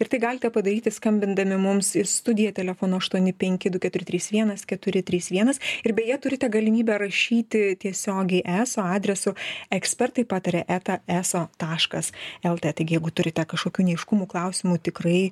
ir tai galite padaryti skambindami mums į studiją telefonu aštuoni penki du keturi trys vienas keturi trys vienas ir beje turite galimybę rašyti tiesiogiai eso adresu ekspertai pataria eta eso taškas lt taigi jeigu turite kažkokių neaiškumų klausimų tikrai